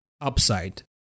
upside